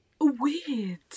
weird